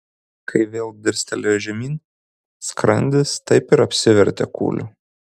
kai vėl dirstelėjo žemyn skrandis taip ir apsivertė kūlio